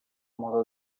modo